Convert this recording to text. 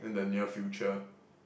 in the near future